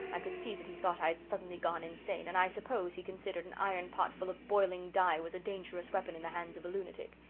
i could see that he thought i had suddenly gone insane, and i suppose he considered an iron pot full of boiling dye was a dangerous weapon in the hands of a lunatic.